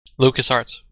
LucasArts